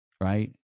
right